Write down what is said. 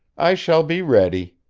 i shall be ready.